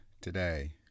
today